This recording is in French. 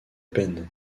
peine